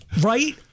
Right